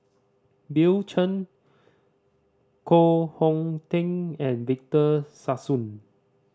Bill Chen Koh Hong Teng and Victor Sassoon